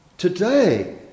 Today